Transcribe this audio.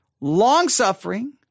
long-suffering